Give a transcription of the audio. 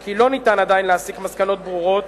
כי אין אפשרות עדיין להסיק מסקנות ברורות,